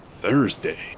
Thursday